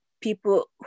people